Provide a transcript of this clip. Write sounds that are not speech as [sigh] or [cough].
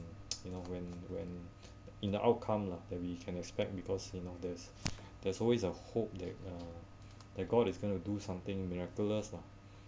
[noise] you know when when in the outcome lah that we can expect because you know there's there's always a hope that uh that god is gonna do something miraculous lah